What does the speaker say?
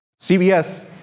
CBS